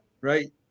Right